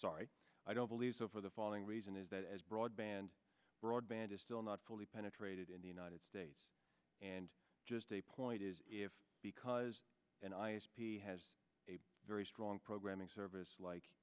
sorry i don't believe so for the following reason is that as broadband broadband is still not fully penetrated in the united states and just the point is if because he has a very strong programming service like